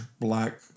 black